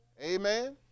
Amen